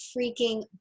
freaking